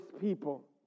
people